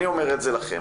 אני אומר את זה לכם,